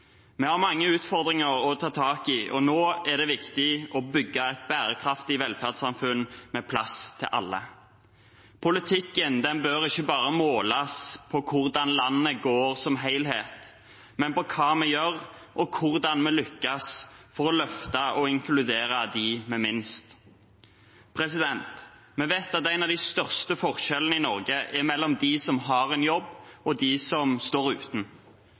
Vi har mange utfordringer å ta tak i, og nå er det viktig å bygge et bærekraftig velferdssamfunn med plass til alle. Politikken bør ikke bare måles på hvordan landet går som helhet, men på hva vi gjør, og hvordan vi lykkes for å løfte og inkludere dem med minst. Vi vet at en av de største forskjellene i Norge er mellom dem som har en jobb, og dem som står uten.